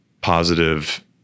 positive